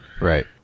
Right